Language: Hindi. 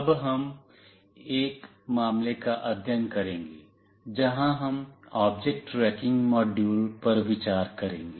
अब हम एक मामले का अध्ययन करेंगे जहां हम ऑब्जेक्ट ट्रैकिंग मॉड्यूल पर विचार करेंगे